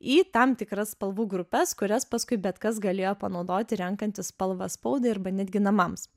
į tam tikras spalvų grupes kurias paskui bet kas galėjo panaudoti renkantis spalvą spaudai arba netgi namams